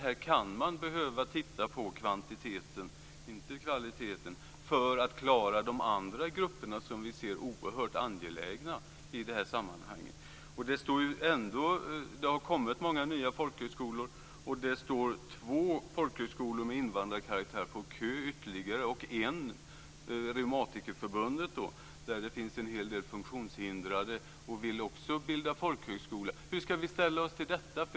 Här kan man behöva titta på kvantiteten, inte kvaliteten, för att klara de andra grupperna, som vi anser oerhört angelägna i det här sammanhanget. Det har kommit många nya folkhögskolor, och det står två folkhögskolor ytterligare med invandrarkaraktär på kö. Reumatikerförbundet, där det finns en hel del funktionshindrade, vill också bilda folkhögskola. Hur skall vi ställa oss till detta?